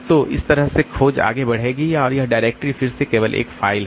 तो इस तरह से खोज आगे बढ़ेगी और यह डायरेक्टरी फिर से केवल एक फ़ाइल है